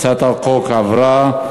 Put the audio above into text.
הצעת החוק עברה